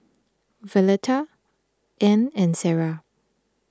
Violetta Anne and Sara